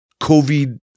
COVID